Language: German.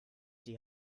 die